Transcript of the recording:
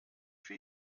für